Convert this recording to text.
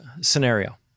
scenario